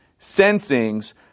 sensings